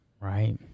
Right